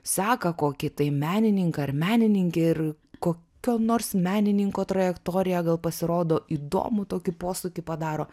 seka kokį tai menininką ar menininkę ir kokio nors menininko trajektorija gal pasirodo įdomų tokį posūkį padaro